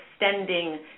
extending